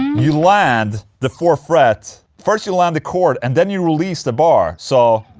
you land the fourth fret first you land the chord and then you release the bar, so.